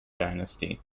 dynasty